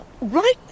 Right